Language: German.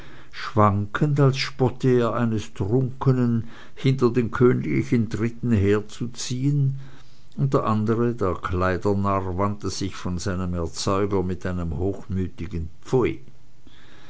schwankend als spotte er eines trunkenen hinter den königlichen tritten herzuziehen und der andere der kleidernarr wandte sich von seinem erzeuger mit einem hochmütigen